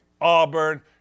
Auburn